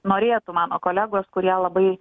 norėtų mano kolegos kurie labai